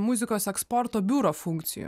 muzikos eksporto biuro funkcijų